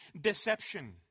deception